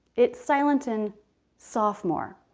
it's silent in sophomore.